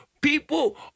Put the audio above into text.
people